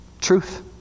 Truth